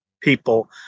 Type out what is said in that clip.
people